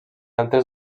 altres